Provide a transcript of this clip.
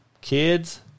kids